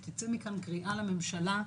שתצא מכאן קריאה לממשלה,